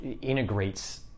integrates